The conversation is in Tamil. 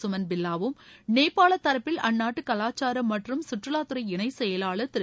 சுமன் பில்லாவும் நேபாள தரப்பில் அந்நாட்டு கலாச்சாரம் மற்றும் சுற்றுலாத்துறை இணைச் செயலாளர் திரு